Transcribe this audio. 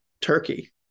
Turkey